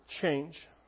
change